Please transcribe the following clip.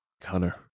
Connor